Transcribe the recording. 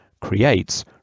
creates